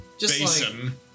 Basin